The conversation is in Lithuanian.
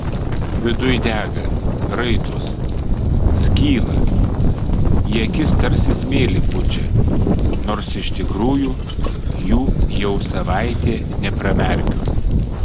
viduj dega raitos skyla į akis tarsi smėlį pučia nors iš tikrųjų jų jau savaitė nepramerkiu